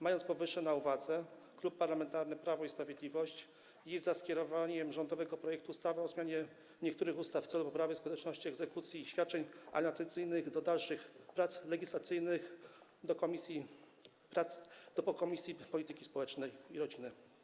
Mając powyższe na uwadze, Klub Parlamentarny Prawo i Sprawiedliwość jest za skierowaniem rządowego projektu ustawy o zmianie niektórych ustaw w celu poprawy skuteczności egzekucji świadczeń alimentacyjnych do dalszych prac legislacyjnych do Komisji Polityki Społecznej i Rodziny.